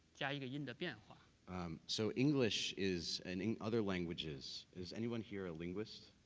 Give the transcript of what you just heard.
yeah yeah and yeah and so english is, and and other languages. is anyone here a linguist?